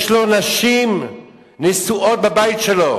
יש לו נשים נשואות בבית שלו